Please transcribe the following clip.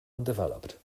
undeveloped